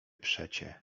przecie